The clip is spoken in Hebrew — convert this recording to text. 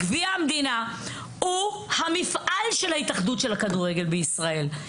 גביע המדינה הוא המפעל של ההתאחדות לכדורגל בישראל.